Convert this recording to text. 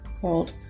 called